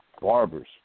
barbers